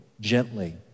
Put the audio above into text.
gently